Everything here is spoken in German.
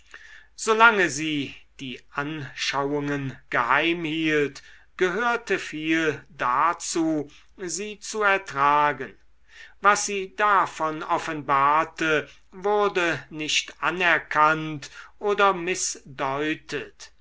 sie die anschauungen geheimhielt gehörte viel dazu sie zu ertragen was sie davon offenbarte wurde nicht anerkannt oder mißdeutet